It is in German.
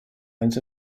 eines